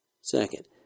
Second